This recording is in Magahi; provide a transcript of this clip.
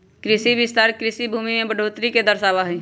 कृषि विस्तार कृषि भूमि में बढ़ोतरी के दर्शावा हई